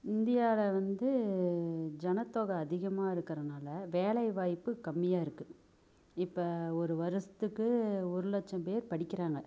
இந்தியாவில வந்து ஜனத்தொக அதிகமாக இருக்கிறனால வேலைவாய்ப்பு கம்மியாக இருக்குது இப்போ ஒரு வருஷத்துக்கு ஒரு லட்சம் பேர் படிக்கிறாங்க